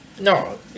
no